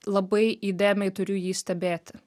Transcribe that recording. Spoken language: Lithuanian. labai įdėmiai turiu jį stebėti